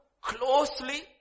closely